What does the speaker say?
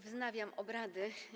Wznawiam obrady.